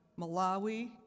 Malawi